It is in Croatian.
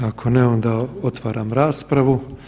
Ako ne onda otvaram raspravu.